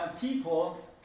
people